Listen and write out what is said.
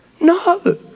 No